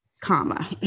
comma